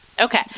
Okay